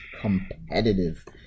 competitive